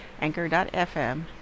anchor.fm